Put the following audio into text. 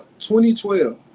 2012